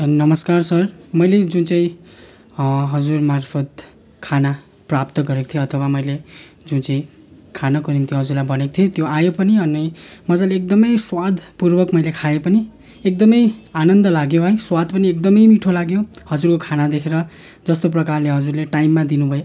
नमस्कार सर मैले जुन चाहिँ हजुरमार्फत् खाना प्राप्त गरेको थिएँ अथवा मैले जुन चाहिँ खानाको निम्ति हजुरलाई भनेको थिएँ त्यो आयो पनि अनि मज्जाले एकदमै स्वादपूर्वक मैले खाएँ पनि एकदमै आनन्द लाग्यो है स्वाद पनि एकदमै मिठो लाग्यो हजुरको खाना देखेर जस्तो प्रकारले हजुरले टाइममा दिनुभयो